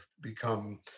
become